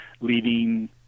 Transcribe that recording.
leading